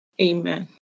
Amen